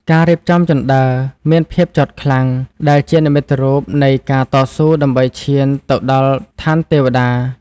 ការរៀបចំជណ្តើរមានភាពចោទខ្លាំង ដែលជានិមិត្តរូបនៃការតស៊ូដើម្បីឈានទៅដល់ឋានទេវតា។